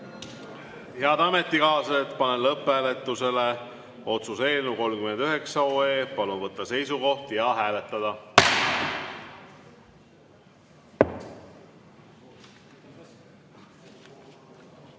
Head ametikaaslased, panen lõpphääletusele otsuse eelnõu 39. Palun võtta seisukoht ja hääletada!